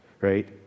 right